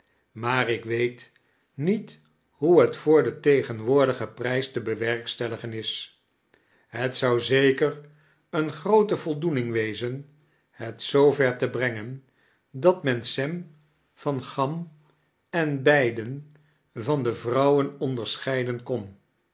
maar ik weet niet hoe het voor den tegemwoordigen prijs te bewerkstelligen is het zou zeker eene groote voldoening wezen het zoover te brengen dat men sem van cham en beiden van de vrouwen onderscheiden kon